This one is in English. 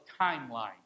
timeline